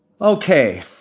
Okay